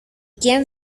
quién